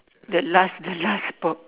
the last the last po~